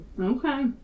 Okay